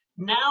Now